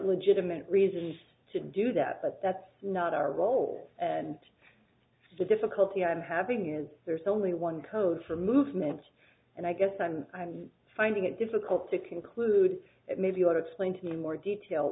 legitimate reasons to do that but that's not our role and the difficulty i'm having is there's only one code for movements and i guess i'm finding it difficult to conclude it may be able to explain to me more detail